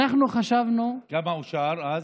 אנחנו חשבנו, כמה אושר אז?